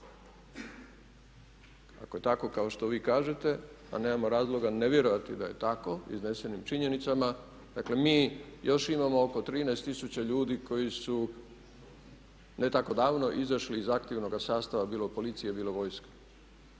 Ako je tako kao što vi kažete, a nemamo razloga ne vjerovati da je tako iznesenim činjenicama. Dakle mi još imamo oko 13 tisuća ljudi koji su ne tako davno izašli iz aktivnoga sastava bilo policije, bilo vojske.